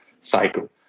cycle